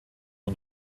nur